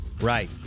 Right